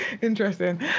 Interesting